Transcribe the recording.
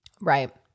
Right